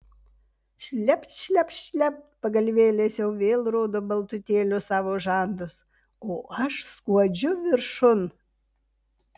šlept šlept šlept pagalvėlės jau vėl rodo baltutėlius savo žandus o aš skuodžiu viršun